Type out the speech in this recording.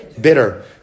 Bitter